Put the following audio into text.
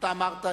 אמרת,